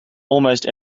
almost